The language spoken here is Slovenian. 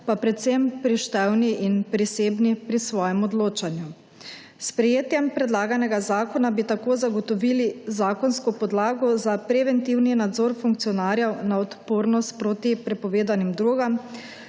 pa predvsem prištevni in prisebni pri svojem odločanju. S sprejetjem predlaganega zakona bi tako zagotovili zakonsko podlago za preventivni nadzor funkcionarjev na odpornost proti prepovedanim drogam,